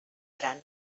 gran